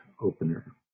opener